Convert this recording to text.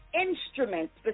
instruments